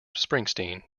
springsteen